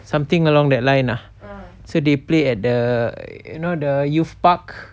something along that line lah so they play at the you know the youth park